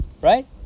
Right